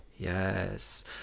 Yes